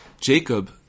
Jacob